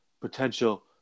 potential